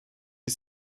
die